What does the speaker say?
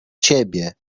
ciebie